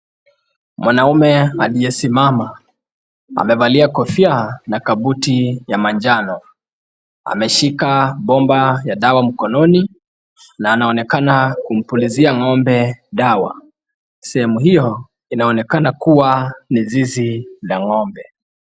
Mwanaume aliyesimama amevalia kofia na kabuti ya manjano .Ameshika bomba ya dawa mkononi na anaonekana kumpulizia ng'ombe dawa. Sehemu hiyo inaonekana kuwa ni zizi la ng'ombe.